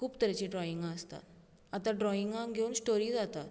खूब तरेची ड्रॉइंगा आसतात आतां ड्रॉइंगाक घेवन स्टोरी जाता